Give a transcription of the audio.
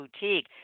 Boutique